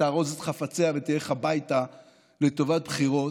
תארוז את חפציה ותלך הביתה לטובת בחירות,